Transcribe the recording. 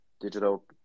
digital